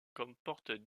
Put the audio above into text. comporte